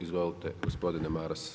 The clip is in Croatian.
Izvolite gospodine Maras.